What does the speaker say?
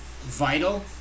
vital